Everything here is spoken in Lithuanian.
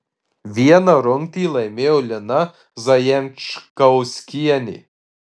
vieną rungtį laimėjo lina zajančkauskienė